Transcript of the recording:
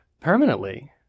permanently